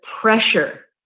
pressure